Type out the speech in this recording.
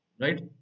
right